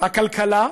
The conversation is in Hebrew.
הכלכלה,